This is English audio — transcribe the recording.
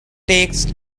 takes